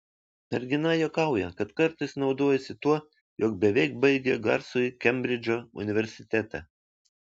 mergina juokauja kad kartais naudojasi tuo jog beveik baigė garsųjį kembridžo universitetą